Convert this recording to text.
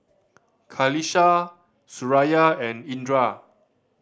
Qalisha Suraya and Indra